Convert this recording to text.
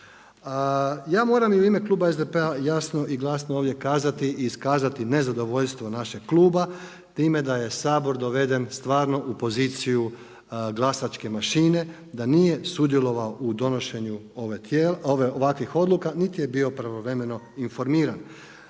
Ja moram i u ime kluba SDP-a jasno i glasno ovdje kazati i iskazati nezadovoljstvo našeg kluba time da je Sabor doveden stvarno u poziciju glasačke mašine, da nije sudjelovao u donošenju ovakvih odluka niti je bio pravovremeno informiran.